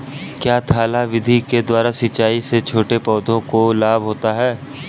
क्या थाला विधि के द्वारा सिंचाई से छोटे पौधों को लाभ होता है?